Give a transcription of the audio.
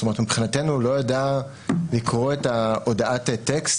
זאת אומרת מבחינתנו הוא לא יידע לקרוא את הודעת הטקסט